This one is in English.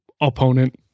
opponent